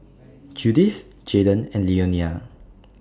Judyth Jaydon and Leonia